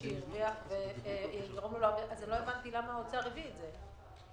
שהרוויח אז לא הבנתי: למה האוצר הביא את זה?